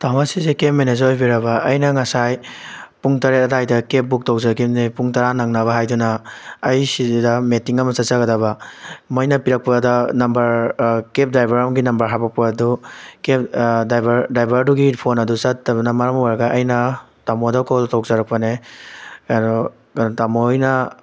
ꯇꯥꯃꯣ ꯁꯤꯁꯦ cab manager ꯑꯣꯏꯕꯤꯔꯕ ꯑꯩꯅ ꯉꯁꯥꯏ ꯄꯨꯡ ꯇꯔꯨꯛ ꯑꯗꯥꯏꯗ ꯀꯦꯕ ꯕꯨꯛ ꯇꯧꯖꯈꯤꯕꯅꯦ ꯄꯨꯡ ꯇꯔꯥ ꯅꯪꯅꯕ ꯍꯥꯏꯗꯨꯅ ꯑꯩ ꯁꯤꯁꯤꯗ ꯃꯤꯇꯤꯡ ꯑꯃ ꯆꯠꯆꯒꯗꯕ ꯃꯣꯏꯅ ꯄꯤꯔꯛꯄꯗ ꯅꯝꯕꯔ ꯀꯦꯕ ꯗ꯭ꯔꯥꯏꯕꯔ ꯑꯃꯒꯤ ꯅꯝꯕꯔ ꯍꯥꯄꯛꯄ ꯑꯗꯨ ꯀꯦꯕ ꯗ꯭ꯔꯥꯏꯕꯔ ꯗ꯭ꯔꯥꯏꯕꯔꯗꯨꯒꯤ ꯐꯣꯟ ꯑꯗꯨ ꯆꯠꯇꯕꯅ ꯃꯔꯝ ꯑꯣꯏꯔꯒ ꯑꯩꯅ ꯇꯥꯃꯣꯗ ꯀꯣꯜ ꯇꯧꯖꯔꯛꯄꯅꯦ ꯀꯩꯅꯣ ꯇꯥꯃꯣ ꯍꯣꯏꯅ